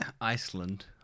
Iceland